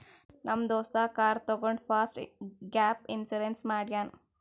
ನಮ್ ದೋಸ್ತ ಕಾರ್ ತಗೊಂಡ್ ಫಸ್ಟ್ ಗ್ಯಾಪ್ ಇನ್ಸೂರೆನ್ಸ್ ಮಾಡ್ಯಾನ್